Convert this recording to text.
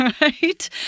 right